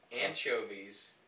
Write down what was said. anchovies